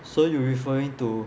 so you referring to